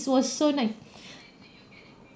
it was so nice